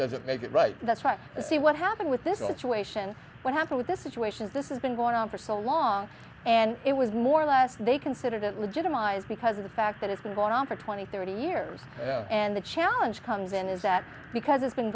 doesn't make it right that's right see what happened with this situation what happened with this situation is this has been going on for so long and it was more or less they considered it legitimized because of the fact that it's been going on for twenty thirty years and the challenge comes in is that because it's been